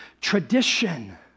tradition